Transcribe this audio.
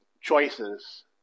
choices